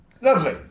Lovely